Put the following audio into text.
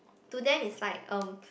to them is like um